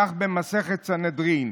כך במסכת סנהדרין.